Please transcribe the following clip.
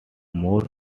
more